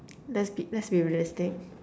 let's be let's be realistic